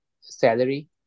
salary